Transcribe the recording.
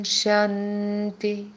shanti